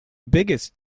biggest